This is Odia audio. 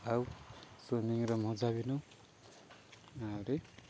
ଆଉ ସୁିମିଂର ମଜା ବି ନଉ ଆହୁରି